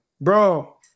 Bro